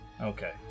Okay